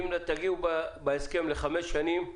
אם תגיעו בהסכם לחמש שנים,